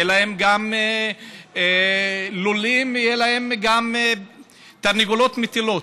שיהיו להם לולים ויהיו להם גם תרנגולות מטילות.